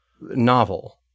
novel